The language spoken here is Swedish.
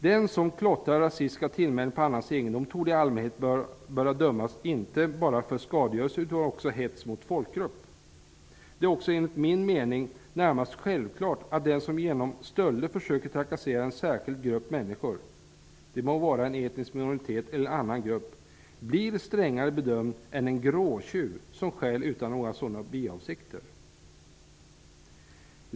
Den som klottrar rasistiska tillmälen på annans egendom torde i allmänhet böra dömas inte bara för skadegörelse utan också för hets mot folkgrupp. Det är också enligt min mening närmast självklart att den som genom stölder försöker trakassera en särskild grupp människor -- det må vara en etnisk minoritet eller en annan grupp -- blir strängare bedömd än den ''gråtjuv' som stjäl utan några sådana biavsikter.